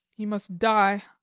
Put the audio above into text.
he must die